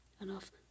enough